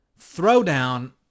Throwdown